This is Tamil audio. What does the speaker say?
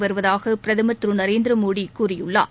வருவதாக பிரதமர் திரு நரேந்திரமோடி கூறியுள்ளார்